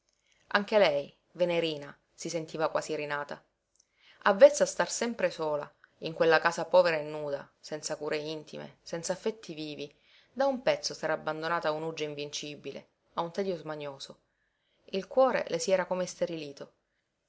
anche lei venerina si sentiva quasi rinata avvezza a star sempre sola in quella casa povera e nuda senza cure intime senza affetti vivi da un pezzo s'era abbandonata a un'uggia invincibile a un tedio smanioso il cuore le si era come isterilito